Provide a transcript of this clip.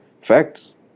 facts